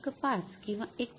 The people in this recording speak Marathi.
5 किंवा 1